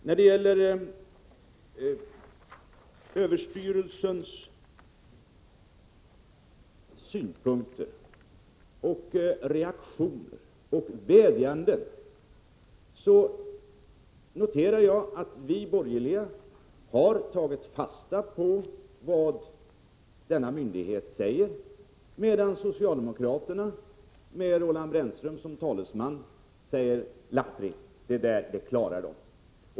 När det gäller överstyrelsens synpunkter, reaktioner och vädjanden noterar jag att vi borgerliga har tagit fasta på vad denna myndighet säger, medan socialdemokraterna med Roland Brännström som talesman säger: Lappri, det där klarar de.